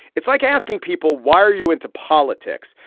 it's like asking people why are you into politics.